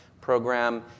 program